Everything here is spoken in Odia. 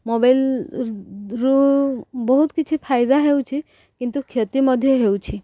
ମୋବାଇଲରୁୁ ବହୁତ କିଛି ଫାଇଦା ହେଉଛି କିନ୍ତୁ କ୍ଷତି ମଧ୍ୟ ହେଉଛି